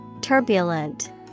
Turbulent